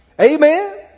Amen